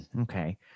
Okay